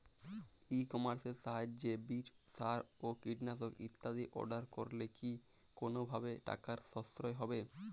ই কমার্সের সাহায্যে বীজ সার ও কীটনাশক ইত্যাদি অর্ডার করলে কি কোনোভাবে টাকার সাশ্রয় হবে?